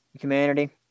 Humanity